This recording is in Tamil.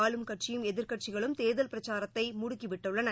ஆளும் கட்சியும் எதிர்க்கட்சிகளும் தேர்தல் பிரச்சாரத்தைமுடுக்கிவிட்டுள்ளன